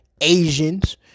Asians